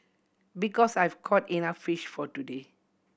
because I've caught enough fish for today